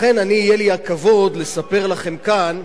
לכן, יהיה לי הכבוד לספר לכם כאן.